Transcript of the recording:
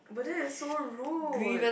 but then that is so rude